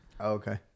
Okay